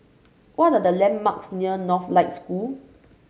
what are the landmarks near Northlight School